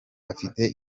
afite